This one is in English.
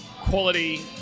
quality